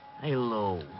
Hello